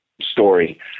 story